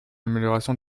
amélioration